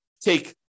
take